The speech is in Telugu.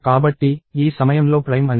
కాబట్టి ఈ సమయంలో ప్రైమ్ అనేది